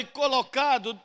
colocado